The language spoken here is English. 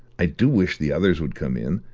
i do wish the others would come in.